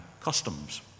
customs